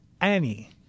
Annie